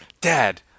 dad